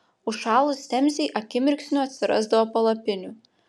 užšalus temzei akimirksniu atsirasdavo palapinių